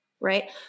right